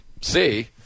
see